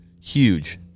huge